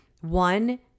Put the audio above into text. one